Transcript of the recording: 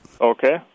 Okay